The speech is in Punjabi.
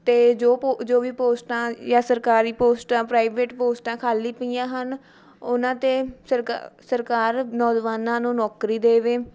ਅਤੇ ਜੋ ਪੋ ਜੋ ਵੀ ਪੋਸਟਾਂ ਜਾਂ ਸਰਕਾਰੀ ਪੋਸਟਾਂ ਪ੍ਰਾਈਵੇਟ ਪੋਸਟਾਂ ਖਾਲੀ ਪਈਆਂ ਹਨ ਉਹਨਾਂ 'ਤੇ ਸਰਕਾ ਸਰਕਾਰ ਨੌਜਵਾਨਾਂ ਨੂੰ ਨੌਕਰੀ ਦੇਵੇ